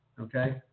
okay